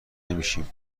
نمیشیم